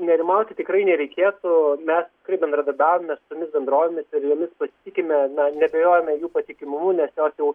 nerimauti tikrai nereikėtų mes tikrai bendradarbiavome su tomis bendrovėmis ir jomis pasitikime na neabejojame jų patikimumu nes jos jau